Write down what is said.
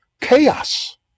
chaos